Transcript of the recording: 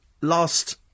last